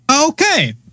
Okay